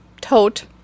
tote